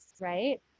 right